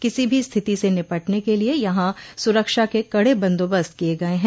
किसी भी स्थिति से निपटने के लिये यहां सुरक्षा के कड़े बंदोबस्त किये गये हैं